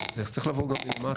אבל זה צריך לבוא גם מלמטה.